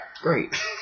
great